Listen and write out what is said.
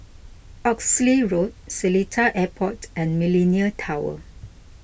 Oxley Road Seletar Airport and Millenia Tower